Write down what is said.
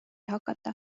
hakata